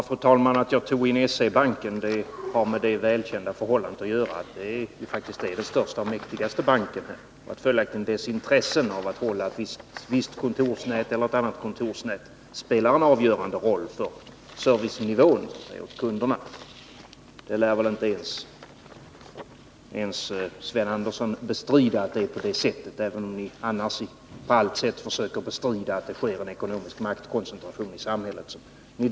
Fru talman! Att jag blandade in SE-banken har med det välkända förhållandet att göra att den är den största och mäktigaste banken. Följaktligen spelar dess intresse av att ha ett kontorsnät en avgörande roll för servicenivån när det gäller kunderna. Det lär inte ens Sven Andersson kunna bestrida, även om han annars på allt sätt försöker bestrida att det sker en ekonomisk maktkoncentration i samhället.